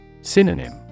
Synonym